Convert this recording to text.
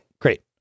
great